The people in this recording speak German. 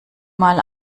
mal